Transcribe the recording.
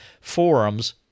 forums